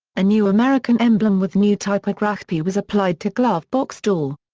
a new american emblem with new typograhpy was applied to glove box door.